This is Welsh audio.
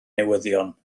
newyddion